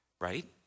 right